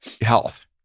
health